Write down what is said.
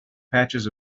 patches